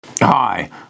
Hi